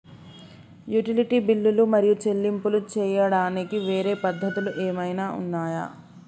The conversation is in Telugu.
యుటిలిటీ బిల్లులు మరియు చెల్లింపులు చేయడానికి వేరే పద్ధతులు ఏమైనా ఉన్నాయా?